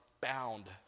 bound